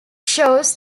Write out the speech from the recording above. shows